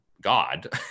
God